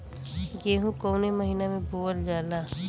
गेहूँ कवने महीना में बोवल जाला?